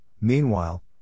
meanwhile